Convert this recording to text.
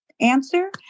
answer